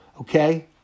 okay